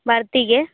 ᱵᱟᱹᱲᱛᱤ ᱜᱮ